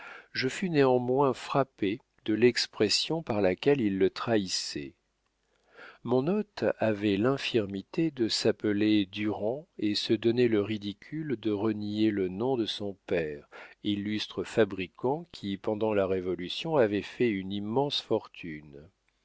je fus néanmoins frappé de l'expression par laquelle il le trahissait mon hôte avait l'infirmité de s'appeler durand et se donnait le ridicule de renier le nom de son père illustre fabricant qui pendant la révolution avait fait une immense fortune